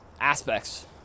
aspects